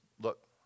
Look